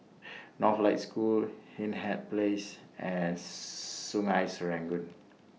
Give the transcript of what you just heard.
Northlight School Hindhede Place and Sungei Serangoon